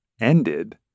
ended